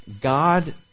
God